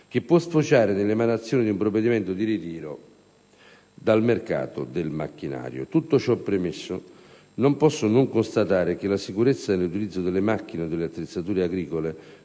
che può sfociare nell'emanazione di un provvedimento di ritiro dal mercato del macchinario. Tutto ciò premesso, non posso non constatare che la sicurezza nell'utilizzo delle macchine e delle attrezzature agricole